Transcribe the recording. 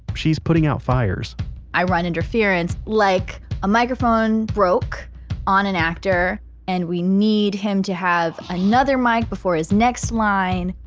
she's putting out fires i run interference like a microphone broke on an actor and we need him to have another mic before his next line,